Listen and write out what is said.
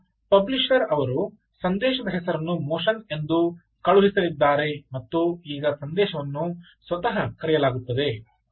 ಇದೀಗ ಪಬ್ಲಿಶರ್ ಅವರು ಸಂದೇಶದ ಹೆಸರನ್ನು ಮೋಷನ್ ಎಂದು ಕಳುಹಿಸಲಿದ್ದಾರೆ ಮತ್ತು ಈಗ ಸಂದೇಶವನ್ನು ಸ್ವತಃ ಕರೆಯಲಾಗುತ್ತದೆ